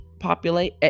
populate